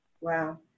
Wow